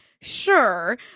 sure